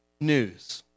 news